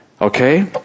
Okay